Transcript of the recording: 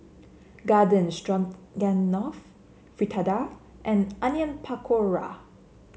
Garden Stroganoff Fritada and Onion Pakora